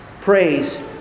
Praise